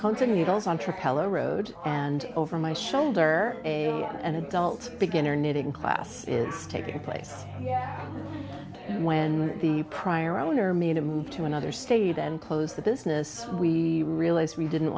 pellow road and over my shoulder an adult beginner knitting class is taking place when the prior owner made a move to another state and closed the business we realized we didn't